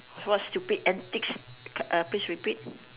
what stupid antics please repeat